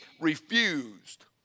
refused